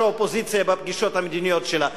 האופוזיציה בפגישות המדיניות שלה.